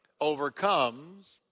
Overcomes